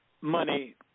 money